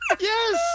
Yes